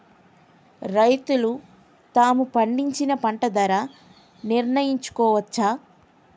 రైతులు తాము పండించిన పంట ధర నిర్ణయించుకోవచ్చా?